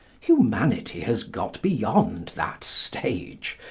humanity has got beyond that stage,